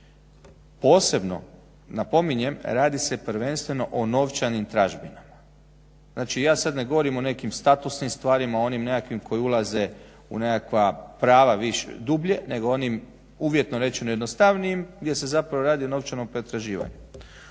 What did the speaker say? Posebno, napominjem, radi se prvenstveno o novčanim tražbinama. Znači, ja sad ne govorim o nekim statusnim stvarima, o onim nekakvim koje ulaze u nekakva prava dublje nego o onim uvjetno rečeno jednostavnijim gdje se zapravo radi o novčanom pretraživanju.